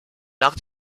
nach